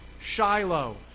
Shiloh